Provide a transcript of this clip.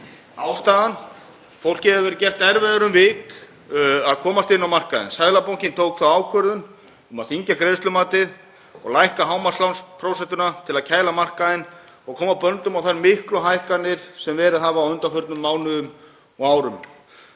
Ástæðan: Fólki hefur verið gert erfiðara um vik að komast inn á markaðinn. Seðlabankinn tók þá ákvörðun að þyngja greiðslumatið og lækka hámarkslánaprósentuna til að kæla markaðinn og koma böndum á þær miklu hækkanir sem orðið hafa á undanförnum mánuðum og árum.